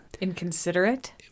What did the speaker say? inconsiderate